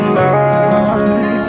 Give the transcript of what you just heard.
life